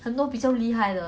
ya